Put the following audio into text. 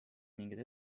mingeid